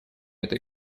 этой